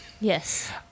Yes